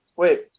Wait